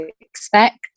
expect